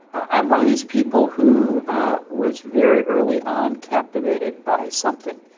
i'm one of these people who was very early on captivated by something,